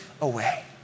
away